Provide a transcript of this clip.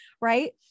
Right